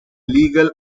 legal